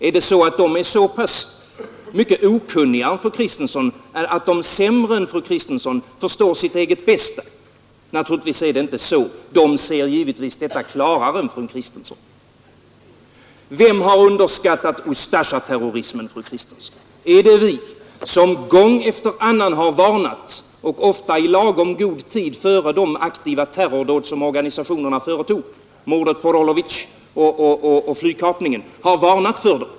Är de så mycket okunnigare att de sämre än fru Kristensson förstår sitt eget bästa? Naturligtvis är det inte så. De ser givetvis saken klarare än fru Kristensson. Vem har underskattat Ustasja-terrorismen, fru Kristensson? Är det vi, som gång efter annan har varnat och ofta i god tid före de aktiva terrordåd som organisationen företog — mordet på Rolovic och flygkapningen?